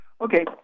Okay